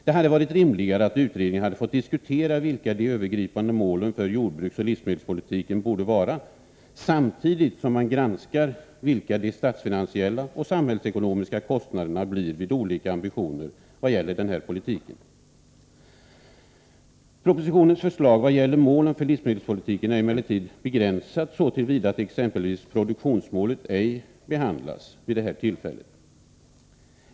Det hade varit rimligare att utredningen fått diskutera vilka de övergripande målen för jordbruksoch livsmedelspolitiken borde vara samtidigt som man granskade vilka de statsfinansiella och samhällsekonomiska kostnaderna blir i vad gäller olika ambitionsnivåer för denna politik. Propositionens förslag beträffande målen för livsmedelspolitiken är emellertid begränsat så till vida att exempelvis produktionsmålet ej behandlas.